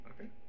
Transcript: Okay